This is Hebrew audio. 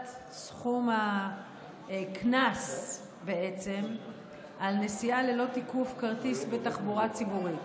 סכום הקנס על נסיעה ללא תיקוף כרטיס בתחבורה ציבורית.